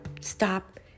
stop